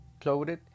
clothed